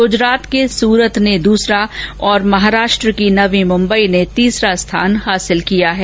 गुजरात के सूरत ने दूसरा और महाराष्ट्र की नवी मुंबई ने तीसरा स्थान हासिल किया है